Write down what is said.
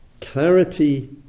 Clarity